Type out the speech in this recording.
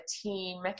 team